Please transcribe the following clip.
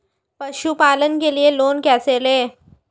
पशुपालन के लिए लोन कैसे लें?